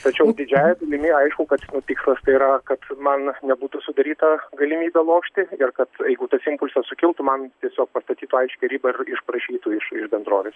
tačiau didžiąja dalimi aišku kad tikslas yra kad man nebūtų sudaryta galimybė lošti ir kad jeigu tas impulsas sukiltų man tiesiog pastatytų aiškią ribą ir išprašytų iš iš bendrovės